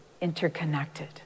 interconnected